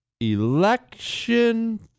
Election